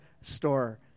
Store